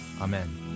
Amen